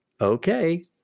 okay